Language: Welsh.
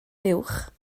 fuwch